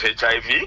hiv